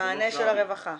מענה של הרווחה.